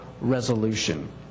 resolution